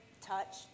touch